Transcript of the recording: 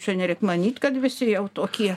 čia nereik manyt kad visi jau tokie